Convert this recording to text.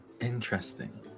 Interesting